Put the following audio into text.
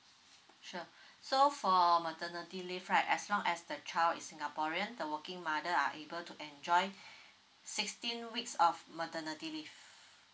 sure so for maternity leave right as long as the child is singaporean the working mother are able to enjoy sixteen weeks of maternity leave